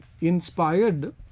inspired